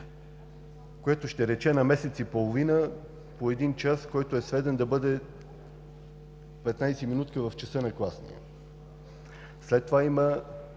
което ще рече на месец и половина по един час, който е сведен да бъде 15 минути в часа на класния. След това има